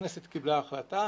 הכנסת קיבלה החלטה,